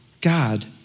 God